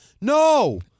No